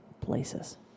places